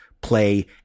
play